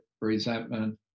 resentment